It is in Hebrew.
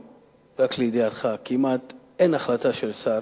רק לידיעתך, היום כמעט אין החלטה של שר